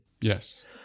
Yes